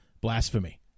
blasphemy